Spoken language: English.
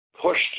pushed